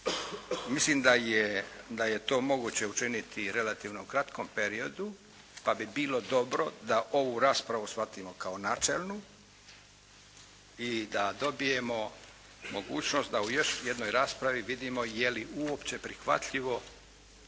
mislim da je to moguće učiniti u relativno kratkom periodu, pa bi bilo dobro da ovu raspravu shvatimo kao načelnu i da dobijemo mogućnost da u još jednoj raspravi vidimo je li uopće prihvatljivo